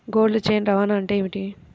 Cold chain రవాణా అంటే ఏమిటీ?